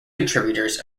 contributors